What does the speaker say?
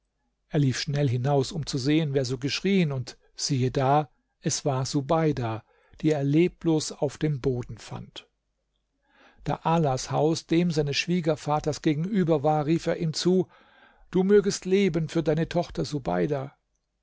er lief schnell hinaus um zu sehen wer so geschrieen und siehe da es war subeida die er leblos auf dem boden fand da alas haus dem seines schwiegervaters gegenüber war rief er ihm zu du mögest leben für deine tochter subeida